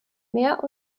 mehr